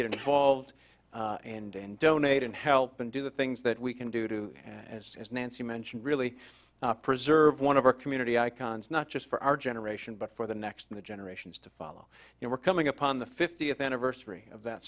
get involved and donate and help and do the things that we can do to and as nancy mentioned really preserve one of our community icons not just for our generation but for the next in the generations to follow you know we're coming up on the fiftieth anniversary of that